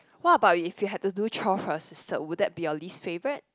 what about if you have to do chore first so would that be your least favourite